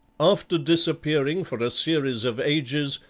after disappearing for a series of ages,